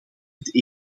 het